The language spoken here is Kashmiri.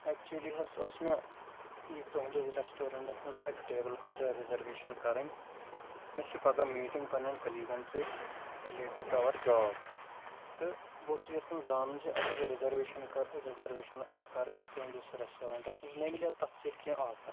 اٮ۪کچُلی حظ ٲس مےٚ یہِ تُہنٛدِس رٮ۪سٹورنٛٹَن ہٕنٛز اَکہِ ٹیبٕل خٲطرٕ رِزرویشَن کَرٕنۍ مےٚ چھِ پَگاہ میٖٹِنٛگ پنٛنٮ۪ن کٔلیٖگَن سۭتۍ رِلیٹڈ ٹُہ اَوَر جاب تہٕ بہٕ اوسُس یَژھان زانُن زِ اگر بہٕ رِزرویشَن کَر رِزرویشَن کَرٕ تُہنٛدِس رٮ۪سٹورنٛٹَس منٛز مےٚ مِلیٛا تَتھ سۭتۍ کیٚنٛہہ آفَر